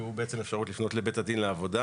והוא האפשרות לפנות לבית הדין לעבודה